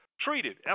Treated